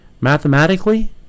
Mathematically